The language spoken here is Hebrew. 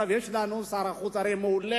הרי עכשיו יש לנו שר חוץ מעולה.